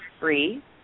free